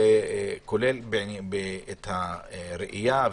זה כולל את הראייה?